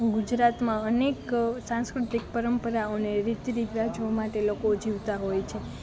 ગુજરાતમાં અનેક સાંસ્કૃતિક પરંપરાઓ ને રીતિ રિવાજો માટે લોકો જીવતા હોય છે